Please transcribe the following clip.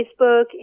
Facebook